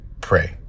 pray